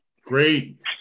great